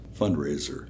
fundraiser